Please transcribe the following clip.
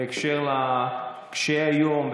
בהקשר של קשי היום,